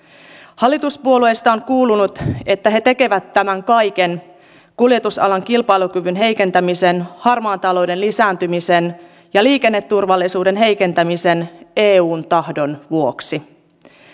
hallituspuolueista on kuulunut että he tekevät tämän kaiken kuljetusalan kilpailukyvyn heikentämisen harmaan talouden lisääntymisen ja liikenneturvallisuuden heikentämisen eun tahdon vuoksi